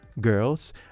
girls